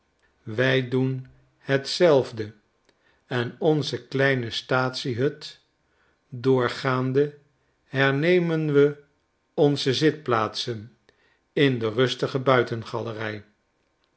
wij doen hetzelfde enonze kleine staatsiehut doorgaande hernemen we onze zitplaatsen in de rustige